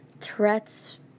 threats